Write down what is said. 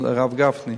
הרב גפני,